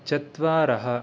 चत्वारः